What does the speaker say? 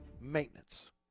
Maintenance